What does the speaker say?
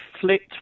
flipped